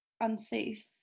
unsafe